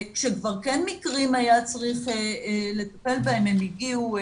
כשכבר היו כן מקרים שהיה צריך לטפל בהם הם הגיעו.